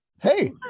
hey